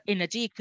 Energy